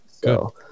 go